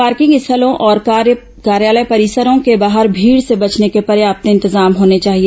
parking स्थलों और कार्यालय परिसरों के बाहर भीड़ से बचने के पर्याप्त इंतजाम होने चाहिए